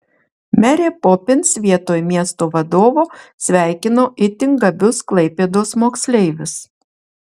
merė popins vietoj miesto vadovo sveikino itin gabius klaipėdos moksleivius